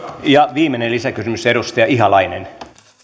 viimeinen lisäkysymys edustaja ihalainen